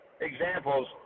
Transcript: examples